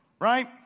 right